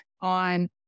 on